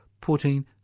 putting